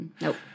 Nope